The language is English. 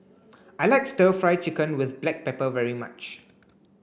I like stir fry chicken with black pepper very much